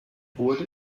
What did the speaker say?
wurde